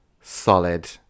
solid